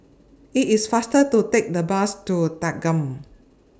IT IS faster to Take The Bus to Thanggam